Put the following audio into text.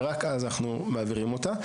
ורק אז אנחנו מעבירים אותה.